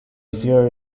fear